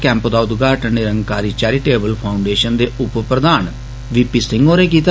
camp दा उदघाटन Nirankari charitable foundation दे उप प्रधान वी पी सिंह होरें कीता